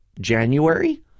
January